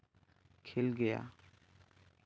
ᱠᱷᱮᱞ ᱜᱮᱭᱟ